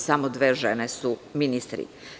Samo dve žene su ministri.